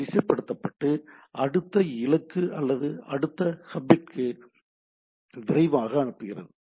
வரிசை படுத்தப்பட்டு அடுத்த இலக்கு அல்லது அடுத்த ஹாப்பிற்கு விரைவாக அனுப்புகிறது